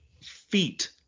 feet